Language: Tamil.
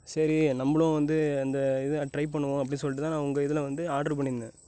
சரி நம்மளும் வந்து இந்த இதை ட்ரை பண்ணுவோம் அப்படின்னு சொல்லிட்டு தான் நான் உங்கள் இதில் வந்து ஆர்டர் பண்ணியிருந்தேன்